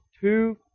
two